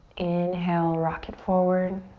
inhale, rock it forward.